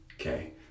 Okay